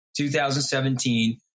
2017